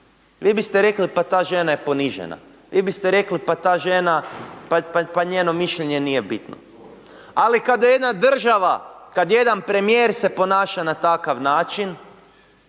Vi biste rekli pa ta žena je ponižena, vi biste rekli pa ta žena, pa njeno mišljenje nije bitno. Ali kad jedna država, kad jedan premijer se ponaša na takav način